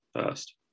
first